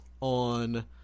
on